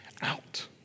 out